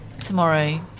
tomorrow